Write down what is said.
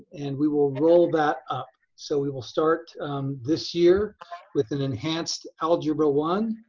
and we will roll that up. so we will start this year with an enhanced algebra one.